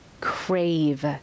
crave